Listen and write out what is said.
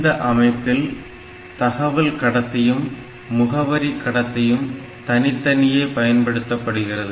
இந்த அமைப்பில் தகவல் கடத்தியும் முகவரி கடத்தியும் தனித்தனியே பயன்படுத்தப்படுகிறது